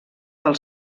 pel